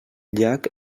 llac